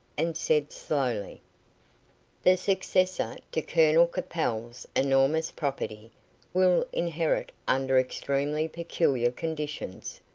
and said slowly the successor to colonel capel's enormous property will inherit under extremely peculiar conditions,